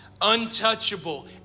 untouchable